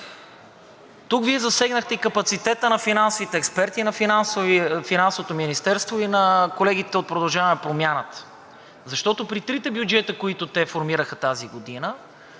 Тук Вие засегнахте и капацитета на финансовите експерти, и на Финансовото министерство, и на колегите от „Продължаваме Промяната“, защото при трите бюджета, които те формираха тази година,